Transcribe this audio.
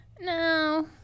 No